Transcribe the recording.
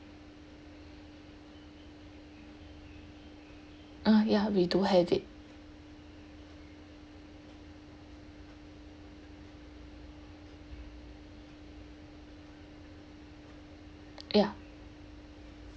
uh ya we do have it ya